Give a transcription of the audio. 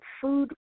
food